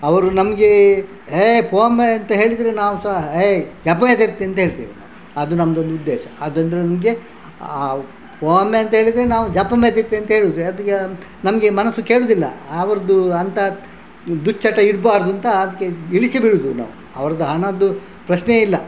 ಅವರು ನಮಗೆ ಯೇ ಪೋಂಬೆ ಅಂತ ಹೇಳಿದರೆ ನಾವು ಸಹ ಯೇ ಜಪ್ಪುಯಾ ತಿರ್ತ್ ಅಂತ ಹೇಳ್ತೇವೆ ನಾವು ಅದು ನಮ್ಮದೊಂದು ಉದ್ದೇಶ ಅದಂದರೆ ನಮಗೆ ಪೋಂಬೆ ಅಂತ ಹೇಳಿದರೆ ನಾವು ಜಪ್ಪುಂಬೇ ತಿರ್ತ್ ಅಂತ ಹೇಳುವುದು ಅದು ಯಾ ನಮಗೆ ಮನಸ್ಸು ಕೇಳುವುದಿಲ್ಲ ಅವ್ರದ್ದು ಅಂಥ ದುಶ್ಚಟ ಇರಬಾರ್ದು ಅಂತ ಅದಕ್ಕೆ ಇಳಿಸಿ ಬಿಡುವುದು ನಾವು ಅವ್ರದ್ದು ಹಣದ್ದು ಪ್ರಶ್ನೆಯೇ ಇಲ್ಲ